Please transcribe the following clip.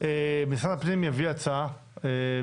אני מציע שמשרד הפנים יביא הצעה מעודכנת,